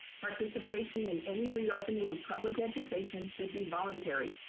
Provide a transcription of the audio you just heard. participation in any reopening of public education should be voluntary,